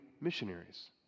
missionaries